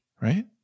right